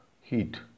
heat